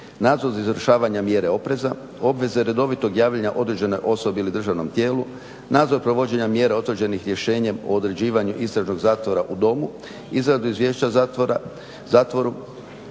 nadzor izvršavanja mjere opreza, obveze redovitog javljanja određenoj osobi ili državnom tijelu, nadzor provođenja mjera utvrđenih rješenjem o određivanju istražnog zatvora u domu, izradu izvješća zatvoru